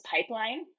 pipeline